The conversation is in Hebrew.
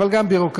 אבל גם ביורוקרטיה